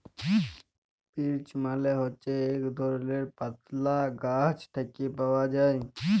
peach মালে হছে ইক ধরলের পাতলা গাহাচ থ্যাকে পাউয়া যায়